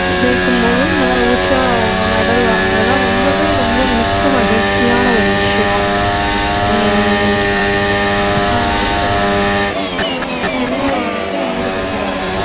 ஜெயிக்கும்போது இந்த மாதிரி உஷா அவங்க மெடல் வாங்குனதுலாம் ரொம்பவே ரொம்ப மிக்க மகிழ்ச்சியான ஒரு விஷயம் அதனால் பெண்கள் வந்துட்டு ஈடுபடுகிறார்கள்